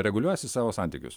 reguliuojiesi savo santykius